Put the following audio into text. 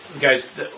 Guys